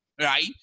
right